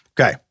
Okay